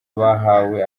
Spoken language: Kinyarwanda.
bahawe